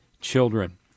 children